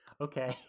Okay